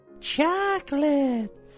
chocolates